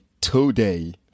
today